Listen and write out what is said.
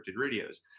radios